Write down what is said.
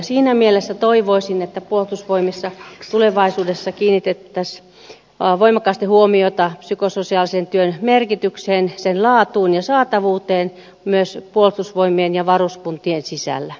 siinä mielessä toivoisin että puolustusvoimissa tulevaisuudessa kiinnitettäisiin voimakkaasti huomiota psykososiaalisen työn merkitykseen laatuun ja saatavuuteen myös puolustusvoimien ja varuskuntien sisällä